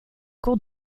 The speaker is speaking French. cour